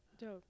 Dope